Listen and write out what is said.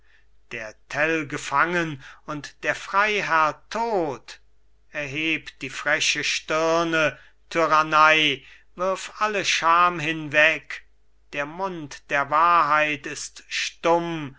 der tell gefangen und der freiherr tot erheb die freche stirne tyrannei wirf alle scham hinweg der mund der wahrheit ist stumm